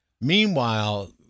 Meanwhile